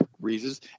reasons